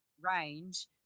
range